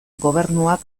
gobernuak